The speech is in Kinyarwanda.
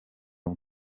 bwe